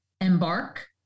Embark